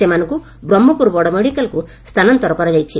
ସେମାନଙ୍କୁ ବ୍ରହ୍କପୁର ବଡ଼ମେଡ଼ିକାଲକୁ ସ୍ଚାନାନ୍ତର କରାଯାଇଛି